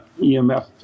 EMF